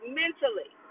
mentally